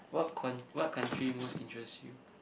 what coun~ what country most interest you